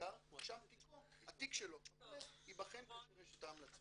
ליק"ר שם התיק שלו ייבחן כאשר יש את ההמלצות.